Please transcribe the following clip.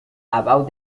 about